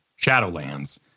Shadowlands